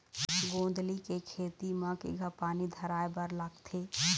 गोंदली के खेती म केघा पानी धराए बर लागथे?